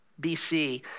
BC